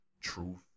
truth